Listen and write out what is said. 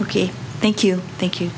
ok thank you thank you